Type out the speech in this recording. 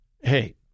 Hey